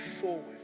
forward